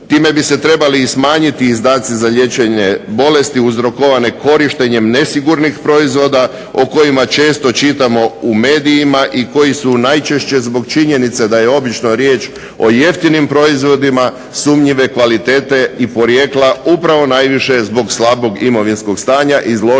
Time bi se trebali smanjiti izdaci za liječenje bolesti uzrokovane korištenjem nesigurnih proizvoda o kojima često čitamo u medijima i koji su najčešće zbog činjenice da je obično riječ o jeftinim proizvodima sumnjive kvalitete i porijekla upravo najviše zbog slabog imovinskog stanja izloženi